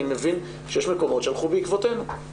אני מבין שיש מקומות שהלכו בעקבותינו.